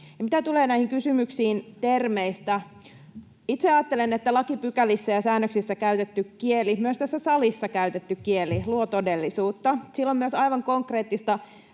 mitä tulee näihin kysymyksiin termeistä, niin itse ajattelen, että lakipykälissä ja säännöksissä käytetty kieli, myös tässä salissa käytetty kieli, luo todellisuutta. Sillä on myös aivan konkreettista